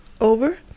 over